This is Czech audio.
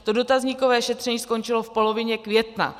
To dotazníkové šetření skončilo v polovině května.